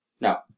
No